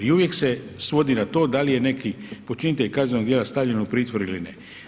I uvijek se svodi na to da li je neki počinitelj kaznenog djela stavljen u pritvor ili ne.